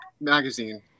magazine